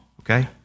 Okay